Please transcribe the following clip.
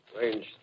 Range